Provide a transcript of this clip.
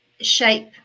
shape